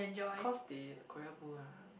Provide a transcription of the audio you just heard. cause they Korea blue ah